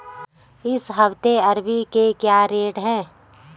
इस हफ्ते अरबी के क्या रेट हैं?